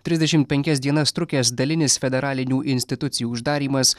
trisdešimt penkias dienas trukęs dalinis federalinių institucijų uždarymas